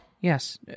Yes